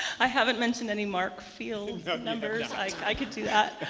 i haven't mentioned any mark field numbers. i could do that.